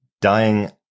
dying